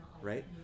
right